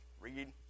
read